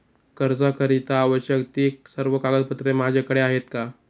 कर्जाकरीता आवश्यक ति सर्व कागदपत्रे माझ्याकडे आहेत का?